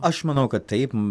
aš manau kad taip